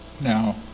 Now